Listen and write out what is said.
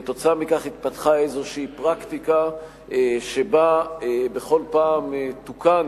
עקב כך התפתחה איזושהי פרקטיקה שבה בכל פעם תוקן